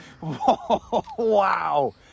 Wow